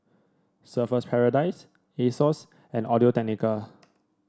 Surfer's Paradise Asos and Audio Technica